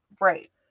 Right